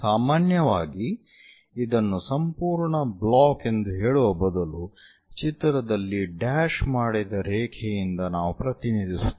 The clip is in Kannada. ಸಾಮಾನ್ಯವಾಗಿ ಇದನ್ನು ಸಂಪೂರ್ಣ ಬ್ಲಾಕ್ ಎಂದು ಹೇಳುವ ಬದಲು ಚಿತ್ರದಲ್ಲಿ ಡ್ಯಾಶ್ ಮಾಡಿದ ರೇಖೆಯಿಂದ ನಾವು ಪ್ರತಿನಿಧಿಸುತ್ತೇವೆ